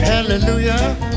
Hallelujah